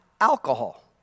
alcohol